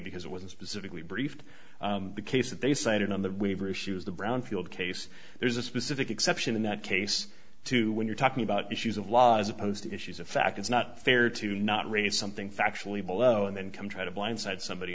because it wasn't specifically briefed the case that they cited on the waiver issues the brownfield case there's a specific exception in that case to when you're talking about issues of law as opposed to issues of fact it's not fair to not raise something factually below and then come try to blindside somebody